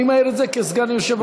אני אומר את זה כסגן יושב-ראש.